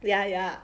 ya ya